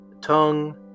tongue